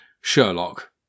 Sherlock